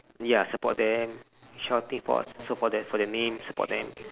ya support them shouting for support them for their names support them